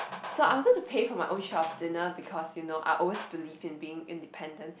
so I wanted to pay for my own share of dinner because you know I always believe in being independent